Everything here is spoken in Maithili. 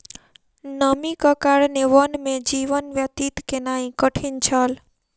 नमीक कारणेँ वन में जीवन व्यतीत केनाई कठिन छल